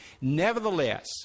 Nevertheless